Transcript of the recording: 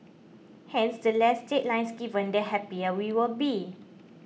hence the less deadlines given the happier we will be